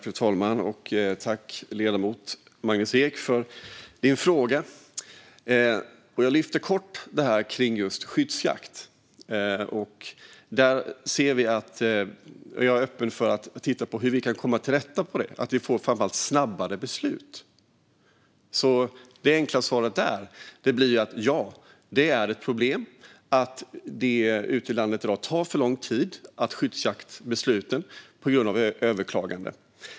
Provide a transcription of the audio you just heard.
Fru talman! Jag tackar ledamoten Magnus Ek för hans fråga. Jag lyfte kort upp skyddsjakt. Jag är öppen för att titta på hur man kan komma till rätta med det här och framför allt att få snabbare beslut. Det enkla svaret är alltså: Ja, det är ett problem att skyddsjaktsbesluten ute i landet tar för lång tid på grund av överklaganden.